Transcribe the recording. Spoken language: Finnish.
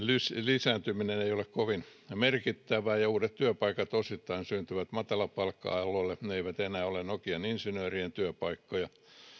lisääntyminen ei ole kovin merkittävää ja uudet työpaikat syntyvät osittain matalapalkka aloille ne eivät enää ole nokian insinöörien työpaikkoja